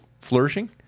flourishing